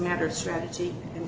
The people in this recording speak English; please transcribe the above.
matter of strategy and